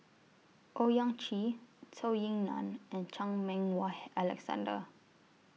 Owyang Chi Zhou Ying NAN and Chan Meng Wah Alexander